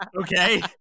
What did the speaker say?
okay